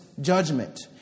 judgment